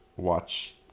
watch